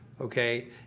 Okay